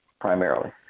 primarily